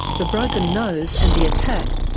the broken nose, and the attack,